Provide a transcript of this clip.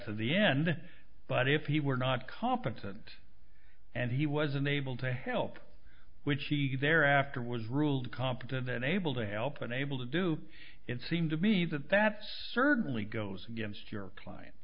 to the end but if he were not competent and he was unable to help which he thereafter was ruled competent than able to help unable to do it seemed to me that that certainly goes against your client